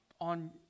on